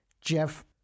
Jeff